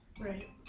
right